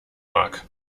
mag